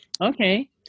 Okay